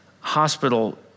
hospital